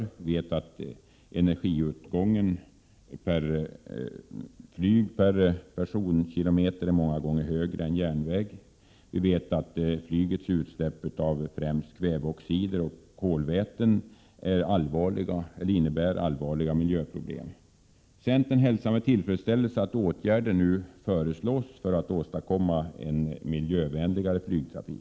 Vi vet att energiåtgången för flyg per personkilometer är många gånger högre än för järnväg. Flygets utsläpp av främst kväveoxider och kolväten innebär ett allvarligt miljöproblem. Centern hälsar med tillfredsställelse att åtgärder Prot. 1987/88:114 föreslås för att åstadkomma en miljövänligare flygtrafik.